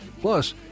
Plus